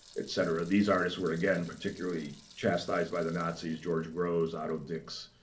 et cetera. these artists were, again, particularly chastised by the nazis george grosz, otto dix,